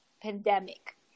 pandemic